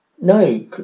No